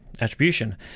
attribution